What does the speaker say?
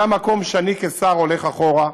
זה המקום שאני כשר הולך אחורה,